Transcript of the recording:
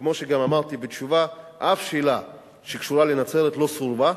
כמו שגם אמרתי בתשובה: אף שאלה שקשורה בנצרת לא סורבה.